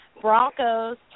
Broncos